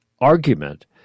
argument